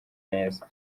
neza